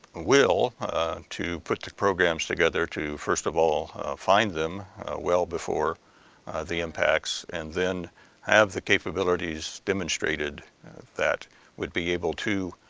will to put the programs together, to first of all find them well before the impacts, and then have the capabilities demonstrated that would be able to